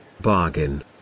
Bargain